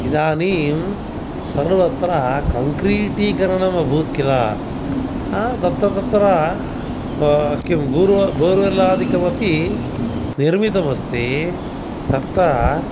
इदानीं सर्वत्र कङ्क्रीटीकरणम् अभूत् खिल हा तत्र तत्र किम् बोर बोर्वेल्लादिकमपि निर्मितमस्ति तत्र